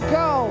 go